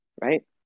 Right